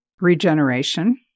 regeneration